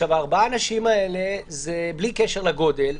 ארבעת האנשים האלה זה בלי קשר לגודל,